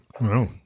Wow